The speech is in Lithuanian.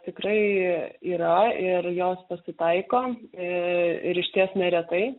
tikrai yra ir jos pasitaiko ir išties neretai